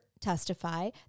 testify